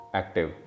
active